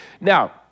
Now